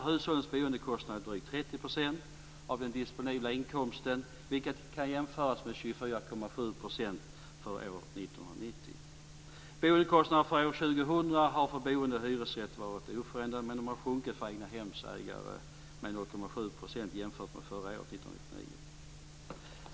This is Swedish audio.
30 % av den disponibla inkomsten, vilket kan jämföras med 24,7 % för år 1990. Boendekostnaderna för år 2000 har för boende i hyresrätt varit oförändrade, men de hade sjunkit för egnahemsägare med 0,7 % jämfört med år 1999.